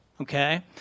okay